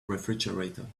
refrigerator